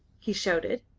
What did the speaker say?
he shouted.